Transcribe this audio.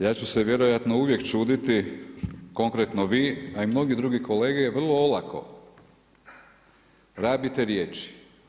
Ja ću se vjerojatno uvijek čuditi, konkretno vi a i mnogi drugi kolege vrlo olako rabite riječi.